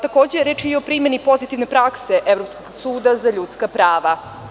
Takođe, reč je i o primeni pozitivne prakse Evropskog suda za ljudska prava.